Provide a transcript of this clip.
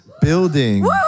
building